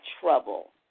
trouble